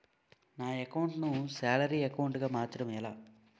నా అకౌంట్ ను salary account గా మార్చటం ఎలా?